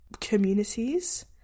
communities